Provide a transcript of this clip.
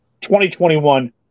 2021